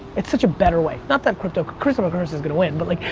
it's such a better way. not that crypto, cryptocurrency's gonna win but like,